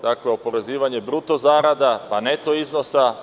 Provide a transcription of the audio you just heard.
Dakle, oporezivanje bruto zarada, pa neto iznosa.